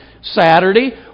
Saturday